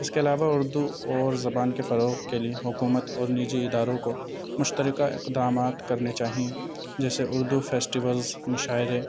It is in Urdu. اس کے علاوہ اردو اور زبان کے فروغ کے لیے حکومت اور نجی اداروں کو مشترکہ اقدامات کرنے چاہئیں جیسے اردو فیسٹولس مشاعرے